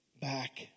back